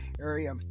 area